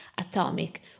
atomic